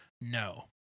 No